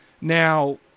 Now